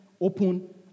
open